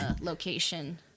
location